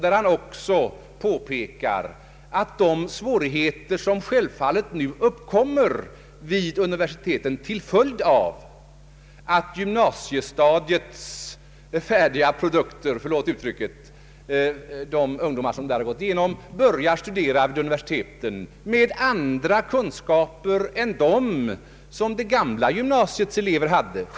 Han påpekade i detta svar de svårigheter som kan uppkomma vid universiteten till följd av att gymnasiestadiets färdiga produkter — förlåt uttrycket — börjar studera vid universiteten med andra kunskaper än dem som det gamla gymnasiets elever hade.